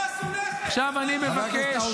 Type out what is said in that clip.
חמאס הוא נכס --- חבר הכנסת נאור שירי,